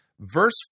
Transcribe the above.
verse